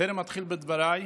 טרם אתחיל בדבריי,